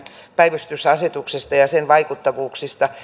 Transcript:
päivystysasetuksesta ja sen vaikutuksista